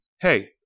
hey –